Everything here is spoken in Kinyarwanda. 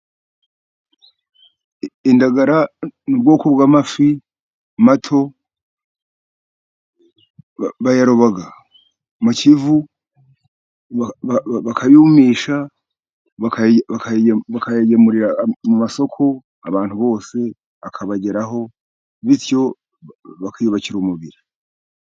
Indagara ni ubwoko bw'amafi mato, bayaroba mu Kivu bakayumisha, bakayagemura mu masoko, abantu bose akabageraho, bityo bakiyubakira umubiri.